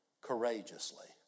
courageously